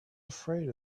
afraid